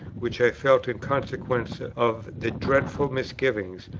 which i felt, in consequence of the dreadful misgiving,